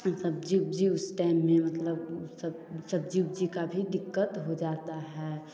फिर सब्ज़ी उब्ज़ी उस टाइम में मतलब सब सब्ज़ी उब्ज़ी की भी दिक़्क़त हो जाती है